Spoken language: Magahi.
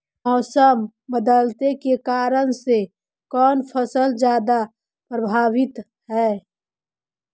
मोसम बदलते के कारन से कोन फसल ज्यादा प्रभाबीत हय?